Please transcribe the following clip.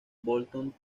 bolton